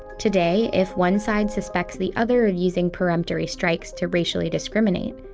today, if one side suspects the other of using peremptory strikes to racially discriminate,